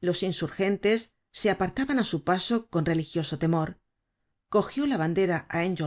los insurgentes se apartaban á su paso con religioso temor cogió la bandera